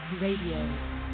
Radio